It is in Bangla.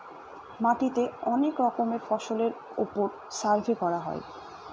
মাটিতে অনেক রকমের ফসলের ওপর সার্ভে করা হয়